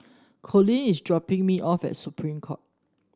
Colin is dropping me off at Supreme Court